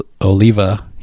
oliva